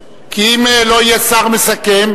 כי אם לא יהיה שר מסכם,